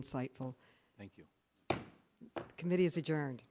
insightful thank you committee is adjourn